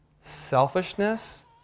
selfishness